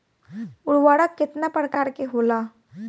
उर्वरक केतना प्रकार के होला?